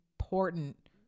important